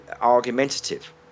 argumentative